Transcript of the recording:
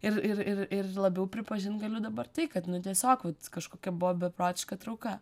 ir ir ir ir labiau pripažint galiu dabar tai kad nu tiesiog vat kažkokia buvo beprotiška trauka